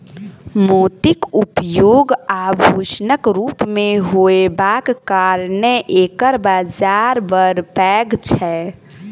मोतीक उपयोग आभूषणक रूप मे होयबाक कारणेँ एकर बाजार बड़ पैघ छै